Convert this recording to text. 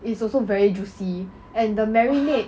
is also very juicy and the marinade